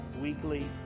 weekly